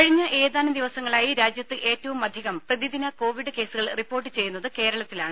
കഴിഞ്ഞ ഏതാനും ദിവസങ്ങളായി രാജ്യത്ത് ഏറ്റവും അധികം പ്രതിദിന കോവിഡ് കേസുകൾ റിപ്പോർട്ട് ചെയ്യുന്നത് കേരളത്തിലാണ്